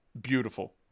Beautiful